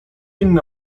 inne